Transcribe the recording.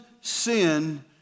sin